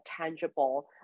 tangible